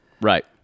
right